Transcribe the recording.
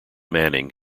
manning